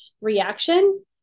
reaction